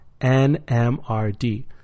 nmrd